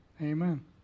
Amen